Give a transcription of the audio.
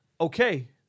Okay